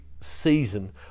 season